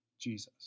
Jesus